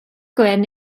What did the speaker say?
gwyn